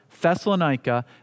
Thessalonica